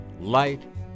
Light